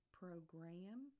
program